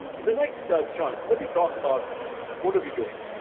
in the next ah chunk, let me talk about what are we doing.